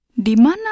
Dimana